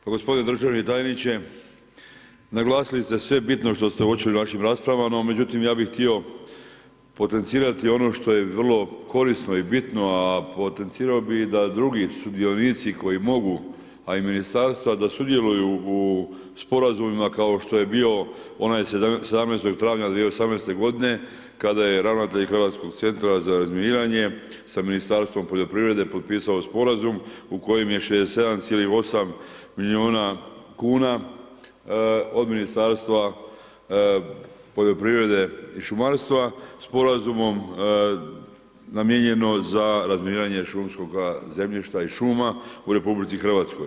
Pa gospodine državni tajniče, naglasili ste sve bitno što ste uočili u našim raspravama, no međutim ja bi htio potencirati ono što je vrlo korisno i bitno, a potencirao bi da drugi sudionici koji mogu, a i ministarstva da sudjeluju u sporazumima kao što je bio onaj 17. travnja 2018. godine kada je ravnatelj HCR-a sa ministarstvom poljoprivrede potpisao sporazum u kojem je 67,8 milijuna kuna od Ministarstva poljoprivrede i šumarstva sporazumom namijenjeno za razminiranje šumskog zemljišta i šuma u RH.